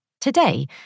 Today